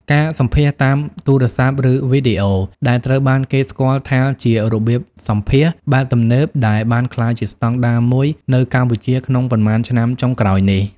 ការសម្ភាសន៍តាមទូរស័ព្ទ ឬវីដេអូ ដែលត្រូវបានគេស្គាល់ថាជារបៀបសម្ភាសន៍បែបទំនើបដែលបានក្លាយជាស្តង់ដារមួយនៅកម្ពុជាក្នុងប៉ុន្មានឆ្នាំចុងក្រោយនេះ។